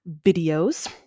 videos